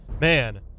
man